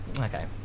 Okay